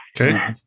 Okay